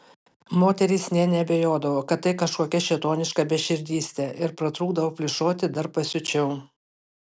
moterys nė neabejodavo kad tai kažkokia šėtoniška beširdystė ir pratrūkdavo plyšoti dar pasiučiau